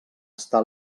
està